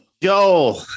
Yo